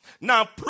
Now